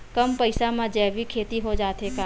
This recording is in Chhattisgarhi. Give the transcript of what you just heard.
कम पईसा मा जैविक खेती हो जाथे का?